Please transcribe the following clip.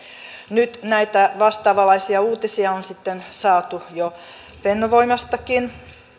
nyt näitä vastaavanlaisia uutisia on sitten saatu jo fennovoimastakin